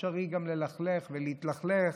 אפשרי גם ללכלך ולהתלכלך.